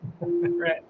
Right